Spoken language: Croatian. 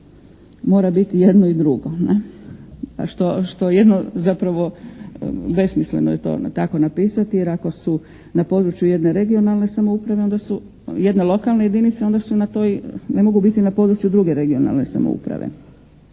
mora biti i jedno i drugo, ne? A što jedno zapravo besmisleno je to tako napisati jer ako su na području jedne regionalne samouprave, jedne lokalne jedinice onda su na toj. Ne mogu biti na području druge regionalne samouprave.